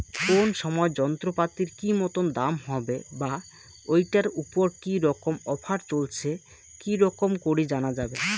কোন সময় যন্ত্রপাতির কি মতন দাম হবে বা ঐটার উপর কি রকম অফার চলছে কি রকম করি জানা যাবে?